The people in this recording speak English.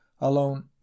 alone